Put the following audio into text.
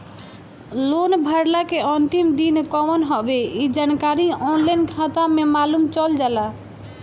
loan भरला के अंतिम दिन कवन हवे इ जानकारी ऑनलाइन खाता में मालुम चल जाला